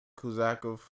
Kuzakov